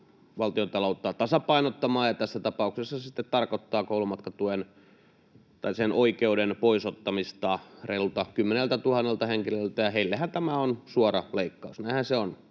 valtiontaloutta tasapainottamaan. Tässä tapauksessa se sitten tarkoittaa koulumatkatukioikeuden pois ottamista reilulta kymmeneltätuhannelta henkilöltä, ja heillehän tämä on suora leikkaus. Näinhän se on,